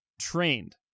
trained